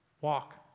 walk